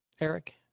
Eric